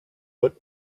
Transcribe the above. but